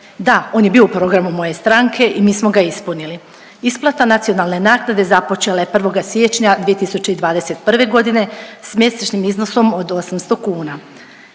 da, on je bio u programu moje stranke i mi smo ga ispuniti. Isplata nacionalne naknade započela je 1. siječnja 2021.g. s mjesečnim iznosom od 800 kuna.